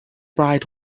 bright